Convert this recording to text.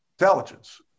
intelligence